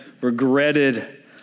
regretted